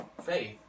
faith